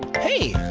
hey,